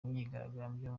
imyigaragambyo